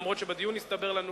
למרות שבדיון הסתבר לנו,